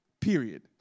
period